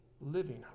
living